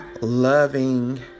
loving